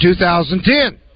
2010